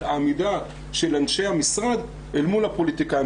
העמידה של אנשי המשרד אל מול הפוליטיקאים.